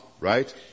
right